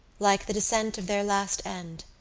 like the descent of their last end,